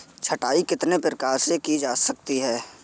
छँटाई कितने प्रकार से की जा सकती है?